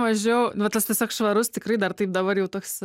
mažiau va tas tiesiog švarus tikrai dar taip dabar jau toks